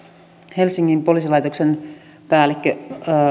helsingin poliisilaitoksen päällikkö